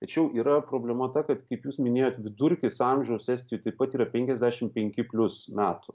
tačiau yra problema ta kad kaip jūs minėjot vidurkis amžiaus estijoj taip pat yra penkiasdešim penki plius metų